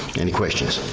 any questions?